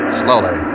slowly